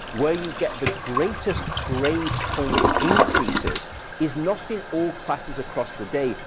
where you get the greatest grade-point increases is not in all classes across the day,